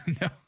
No